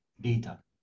data